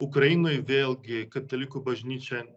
ukrainoj vėlgi katalikų bažnyčia